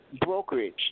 brokerage